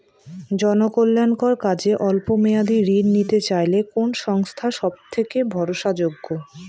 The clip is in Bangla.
জনকল্যাণকর কাজে অল্প মেয়াদী ঋণ নিতে চাইলে কোন সংস্থা সবথেকে ভরসাযোগ্য?